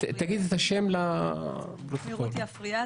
אני רותי אפריאט,